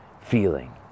feeling